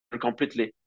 completely